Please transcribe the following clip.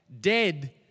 dead